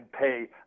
pay